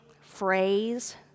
phrase